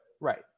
Right